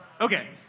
okay